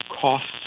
costs